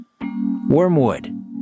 Wormwood